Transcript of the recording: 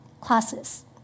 classes